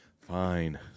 Fine